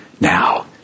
now